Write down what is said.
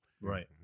Right